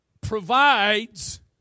provides